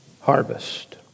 harvest